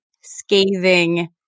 scathing